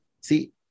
See